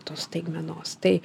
tos staigmenos tai